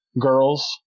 girls